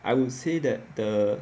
I would say that the